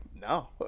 No